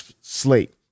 slate